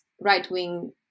right-wing